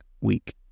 week